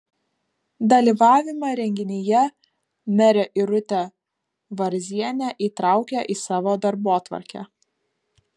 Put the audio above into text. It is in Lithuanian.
dalyvavimą renginyje merė irutė varzienė įtraukė į savo darbotvarkę